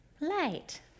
light